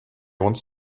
wants